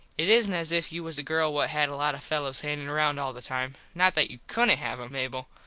it isnt as if you was a girl what had a lot of fellos hangin round all the time. not that you couldnt have em, mable,